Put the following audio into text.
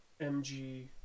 MG